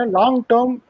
long-term